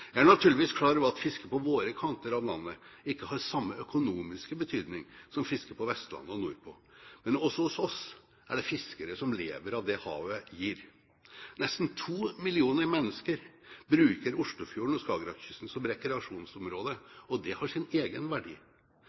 Jeg er naturligvis klar over at fisket på våre kanter av landet ikke har den samme økonomiske betydning som fisket på Vestlandet og nordpå, men også hos oss er det fiskere som lever av det havet gir. Nesten 2 millioner mennesker bruker Oslofjorden og Skagerrakkysten som rekreasjonsområde, og det har sin egen verdi.